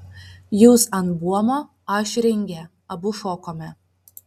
jūs ant buomo aš ringe abu šokome